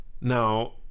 Now